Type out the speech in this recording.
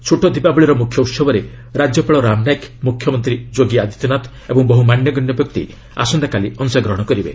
ଛୋଟ ଦୀପାବଳିର ମୁଖ୍ୟ ଉହବରେ ରାଜ୍ୟପାଳ ରାମ ନାଏକ ମୁଖ୍ୟମନ୍ତ୍ରୀ ଯୋଗୀ ଆଦିତ୍ୟନାଥ ଓ ବହୁ ମାନ୍ୟଗଣ୍ୟ ବ୍ୟକ୍ତି ଆସନ୍ତାକାଲି ଅଂଶଗ୍ରହଣ କରିବେ